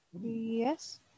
Yes